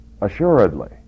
assuredly